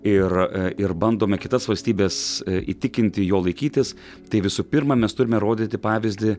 ir ir bandome kitas valstybes įtikinti jo laikytis tai visų pirma mes turime rodyti pavyzdį